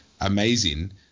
amazing